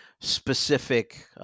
specific